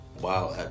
wow